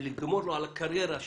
ולגמור על הקריירה שלו,